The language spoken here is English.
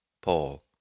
Paul